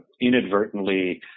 inadvertently